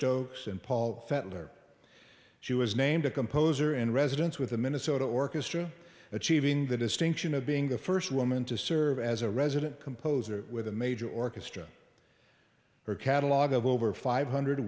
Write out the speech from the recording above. stokes and paul fender she was named a composer in residence with the minnesota orchestra achieving the distinction of being the first woman to serve as a resident composer with a major orchestra her catalogue of over five hundred